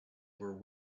were